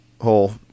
whole